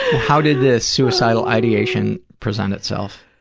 how did the suicidal ideation present itself?